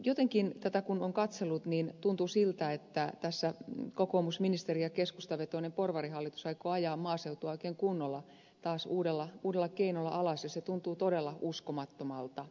kun tätä on katsellut niin jotenkin tuntuu siltä että tässä kokoomusministeri ja keskustavetoinen porvarihallitus aikovat ajaa maaseutua oikein kunnolla taas uudella keinolla alas ja se tuntuu todella uskomattomalta